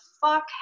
fuck